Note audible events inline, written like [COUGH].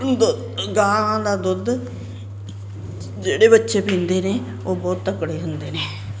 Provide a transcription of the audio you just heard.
[UNINTELLIGIBLE] ਗਾਂ ਦਾ ਦੁੱਧ ਜਿਹੜੇ ਬੱਚੇ ਪੀਂਦੇ ਨੇ ਉਹ ਬਹੁਤ ਤਕੜੇ ਹੁੰਦੇ ਨੇ